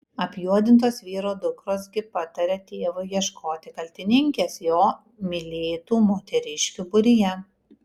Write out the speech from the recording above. apjuodintos vyro dukros gi pataria tėvui ieškoti kaltininkės jo mylėtų moteriškių būryje